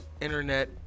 Internet